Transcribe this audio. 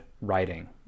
writing